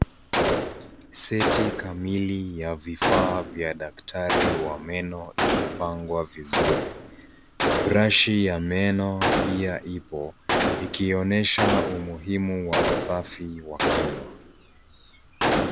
Seti kamili ya vifaa vya daktari wa meno imepangwa vizuri. Brashi ya meno pia ipo ikionyesha umuhimu wa usafi wa kinywa.